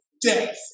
death